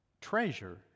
treasure